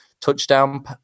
touchdown